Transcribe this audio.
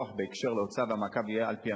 הדיווח בהקשר ההוצאה והמעקב יהיה על-פי